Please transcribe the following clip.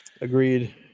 agreed